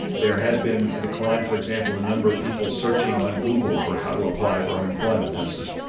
there has been a decline, for example, in the number of people searching on google for how to apply for unemployment. that's just,